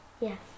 Yes